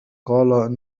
قال